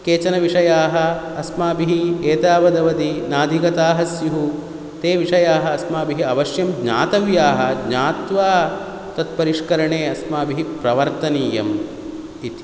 केचनविषयाः अस्माभिः एतावदवधि नाधिगताः स्युः ते वेिषयाः अस्माभिः अवश्यं ज्ञातव्याः ज्ञात्वा तत्परिष्करणे अस्माभिः प्रवर्तनीयम् इति